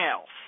else